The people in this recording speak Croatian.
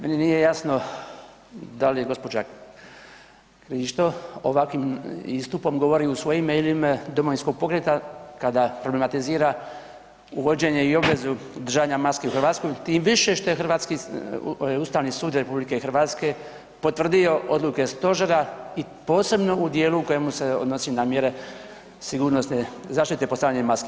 Meni nije jasno dal je gđa. Krišto ovakvim istupom govori u svoje ime ili u ime Domovinskog pokreta kada problematizira uvođenje i obvezu držanja maske u Hrvatskoj, tim više što je hrvatski, Ustavni sud RH potvrdio odluke stožera i posebno u dijelu u kojemu se odnosi na mjere sigurnosne zaštite postavljanja maski.